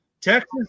Texas